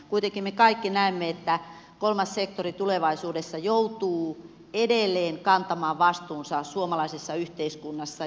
kuitenkin me kaikki näemme että kolmas sektori tulevaisuudessa joutuu edelleen kantamaan vastuunsa suomalaisessa yhteiskunnassa